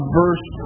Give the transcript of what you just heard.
verse